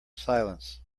silence